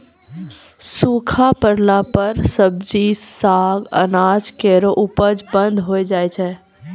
सूखा परला पर सब्जी, साग, अनाज केरो उपज बंद होय जाय छै